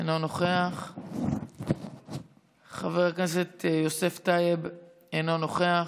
אינו נוכח, חבר הכנסת יוסף טייב, אינו נוכח,